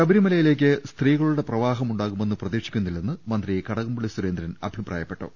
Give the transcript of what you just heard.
ശബരിമലയിലേക്ക് സ്ത്രീകളുടെ പ്രവാഹം ഉണ്ടാകുമെന്നു പ്രതീക്ഷിക്കുന്നില്ലെന്ന് മന്ത്രി ക്ടകംപ്ള്ളി സുരേന്ദ്രൻ അഭിപ്രായപ്പെട്ടു